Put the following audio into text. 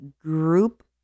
group